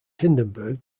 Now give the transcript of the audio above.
hindenburg